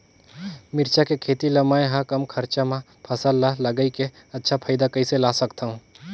मिरचा के खेती ला मै ह कम खरचा मा फसल ला लगई के अच्छा फायदा कइसे ला सकथव?